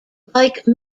like